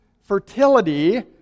fertility